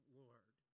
lord